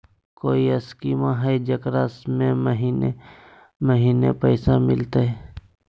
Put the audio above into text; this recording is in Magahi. कोइ स्कीमा हय, जेकरा में महीने महीने पैसा मिलते?